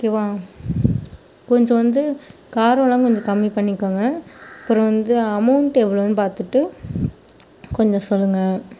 ஓகேவா கொஞ்சம் வந்து காரலாம் கொஞ்சம் கம்மி பண்ணிக்கோங்க அப்புறம் வந்து அமௌண்ட் எவ்வளோன்னு பார்த்துட்டு கொஞ்சம் சொல்லுங்க